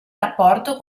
rapporto